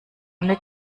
ohne